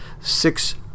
six